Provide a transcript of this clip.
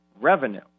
revenue